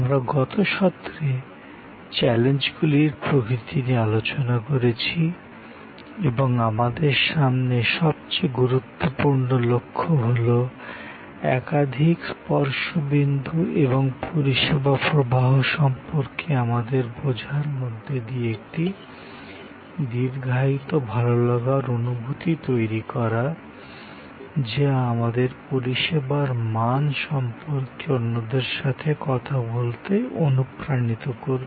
আমরা গত সেশনে ত্রে চ্যালেঞ্জগুলির প্রকৃতি নিয়ে আলোচনা করেছি এবং আমাদের সামনে সবচেয়ে গুরুত্বপূর্ণ লক্ষ্য হল একাধিক স্পর্শ বিন্দু এবং পরিষেবা প্রবাহ সম্পর্কে আমাদের বোঝার মধ্য দিয়ে একটি দীর্ঘায়িত ভালো লাগার অনুভূতি তৈরী করা যা আমাদের পরিষেবার মান সম্পর্কে অন্যদের সাথে কথা বলতে অনুপ্রাণিত করবে